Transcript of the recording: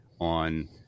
on